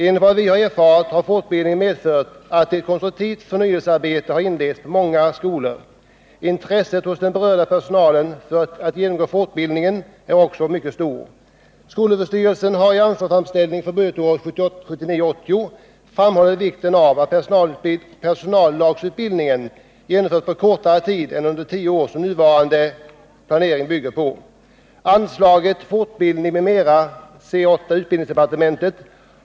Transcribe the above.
Enligt vad vi erfarit har fortbildningen medfört att ett konstruktivt förnyelsearbete har inletts på många skolor. Intresset hos den berörda personalen för att genomgå fortbildningen är också stort. Skolöverstyrelsen har i anslagsframställning för budgetåret 1979/80 framhållit vikten av att personallagsutbildningen genomförs på kortare tid än under de tio år som nuvarande planering bygger på. Anslaget Fortbildning m.m. (C 8.